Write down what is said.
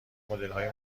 مدلهای